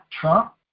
Trump